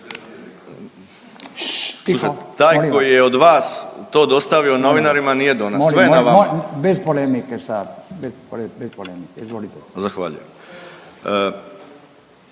skratimo, taj koji je od vas to dostavio novinarima nije do nas, sve je na vama. …/Upadica Radin: Molim vas, bez polemike sa. Izvolite./… Zahvaljujem.